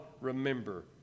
remember